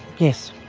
yes.